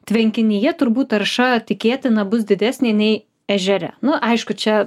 tvenkinyje turbūt tarša tikėtina bus didesnė nei ežere nu aišku čia